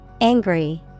Angry